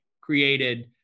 created